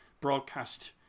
broadcast